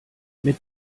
mit